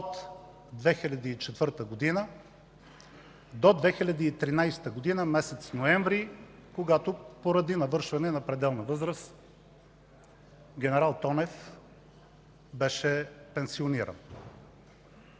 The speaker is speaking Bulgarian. от 2004 г. до 2013 г. – месец ноември, когато поради навършване на пределна възраст генерал Тонев беше пенсиониран.